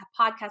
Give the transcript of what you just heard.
podcast